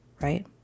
right